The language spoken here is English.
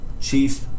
chief